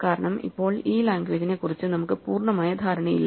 കാരണം ഇപ്പോൾ ഈ ലാംഗ്വേജിനെക്കുറിച്ച് നമുക്ക് പൂർണ്ണമായ ധാരണയില്ല